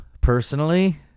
Personally